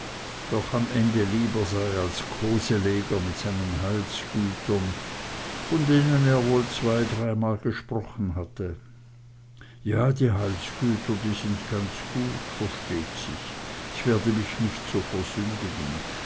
doch am ende lieber sei als koseleger mit seinen heilsgütern von denen er wohl zwei dreimal gesprochen hatte ja die heilsgüter die sind ganz gut versteht sich ich werde mich nicht so versündigen